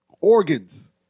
Organs